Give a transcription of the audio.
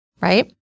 right